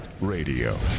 Radio